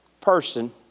person